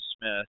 Smith